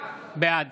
בעד